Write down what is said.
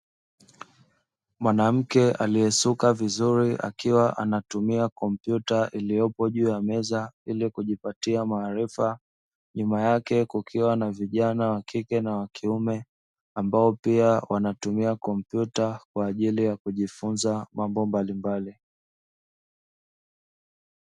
Mwanamke aliesuka vizuri, akiwa anaetumia komputa iliyoko juu ya meza ili kujipatia maarifa ,nyuma yake kukiwa na vijana wa kike na wakiume ambao pia wanatumia kompyuta, kwaajili ya kujifunza mambo mbalimbali .